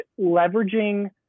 leveraging